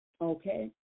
okay